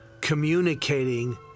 communicating